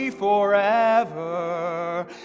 forever